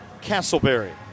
Castleberry